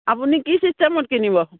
আপুনি কি চিষ্টেমত কিনিব